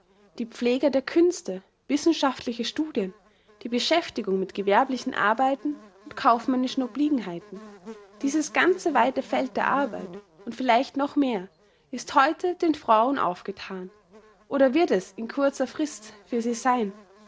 die pflege der künste wissenschaftliche studien die beschäftigung mit gewerblichen arbeiten und kaufmännischen obliegenheiten dieses ganze weite feld der arbeit und vielleicht noch mehr ist heute den frauen aufgethan oder wird es in kurzer frist für sie sein